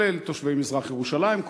כולל תושבי מזרח-ירושלים,